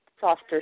softer